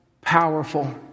powerful